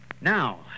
Now